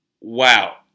Wow